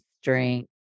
strength